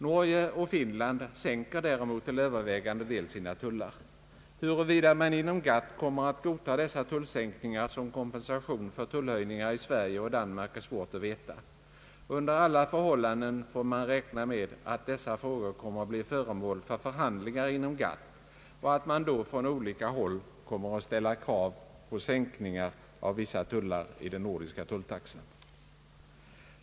Norge och Finland sänker däremot till övervägande del sina tullar. Huruvida man inom GATT kommer att godta dessa tullsänkningar som kompensation för tullhöjningar i Sverige och Danmark är svårt att veta. Under alla förhållanden får man räkna med att dessa frågor kommer att bli föremål för förhandlingar inom GATT och att man då från olika håll kommer att ställa krav på sänkningar av vissa tullar i den nordiska tulltaxan.